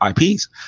IPs